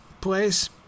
place